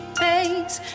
face